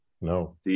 No